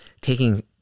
taking